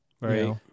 right